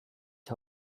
die